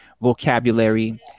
vocabulary